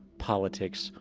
politics,